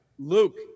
Luke